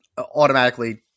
automatically